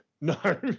no